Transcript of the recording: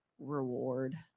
reward